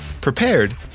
prepared